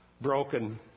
broken